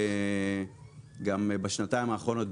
גם בשנתיים האחרונות,